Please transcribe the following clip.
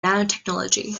nanotechnology